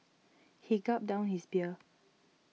he gulped down his beer